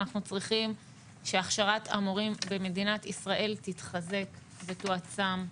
אנחנו צריכים שהכשרת המורים במדינת ישראל תתחזק ותועצם.